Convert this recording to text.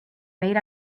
made